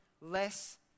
less